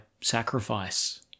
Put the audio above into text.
sacrifice